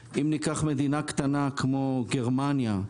בגרמניה,